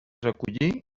recollí